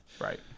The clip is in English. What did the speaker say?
Right